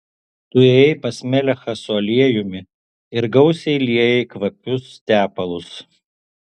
tu ėjai pas melechą su aliejumi ir gausiai liejai kvapius tepalus